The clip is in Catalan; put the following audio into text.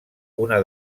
una